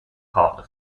partner